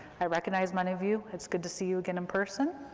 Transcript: i recognize many of you. it's good to see you again in person,